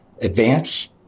advance